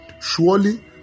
Surely